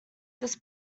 this